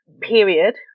period